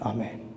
Amen